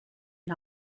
and